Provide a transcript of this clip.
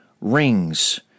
rings